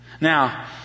Now